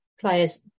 players